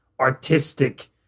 artistic